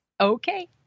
Okay